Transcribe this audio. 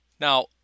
now